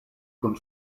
kun